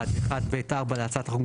100. בסעיף 16(ב)(1)(ב)(4) להצעת החוק,